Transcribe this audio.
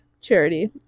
charity